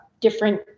different